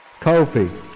Kofi